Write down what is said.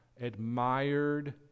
admired